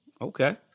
Okay